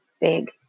big